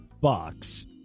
box